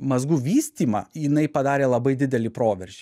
mazgų vystymą jinai padarė labai didelį proveržį